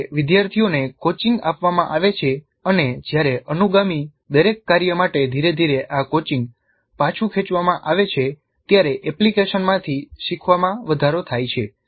જ્યારે વિદ્યાર્થીઓને કોચિંગ આપવામાં આવે છે અને જ્યારે અનુગામી દરેક કાર્ય માટે ધીરે ધીરે આ કોચિંગ પાછું ખેંચવામાં આવે છે ત્યારે એપ્લિકેશનમાંથી શીખવામાં વધારો થાય છે